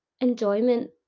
enjoyment